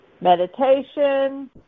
meditation